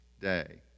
day